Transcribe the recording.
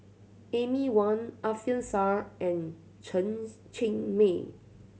Amy Van Alfian Sa'at and Chen Cheng Mei